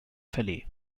felí